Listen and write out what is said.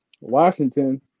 Washington